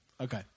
Okay